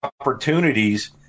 opportunities